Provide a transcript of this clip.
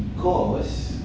because